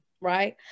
right